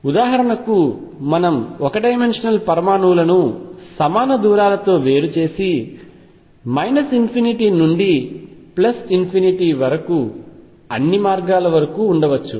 ఉదాహరణకు మనం ఒక డైమెన్షనల్ పరమాణువులను సమాన దూరాలతో వేరు చేసి ∞ నుండి వరకు అన్ని మార్గాల వరకు ఉండవచ్చు